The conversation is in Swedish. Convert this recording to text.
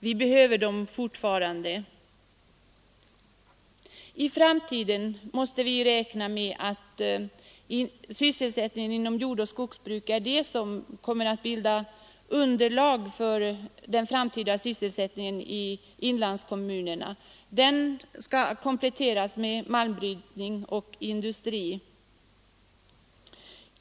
Vi behöver fortfarande stödområdena. I framtiden måste vi räkna med att sysselsättningen inom jordoch skogsbruk kommer att bilda underlag för den framtida sysselsättningen i inlandskommunerna. Detta skall kompletteras med malmbrytning och industri.